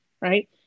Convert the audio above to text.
right